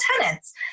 tenants